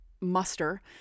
muster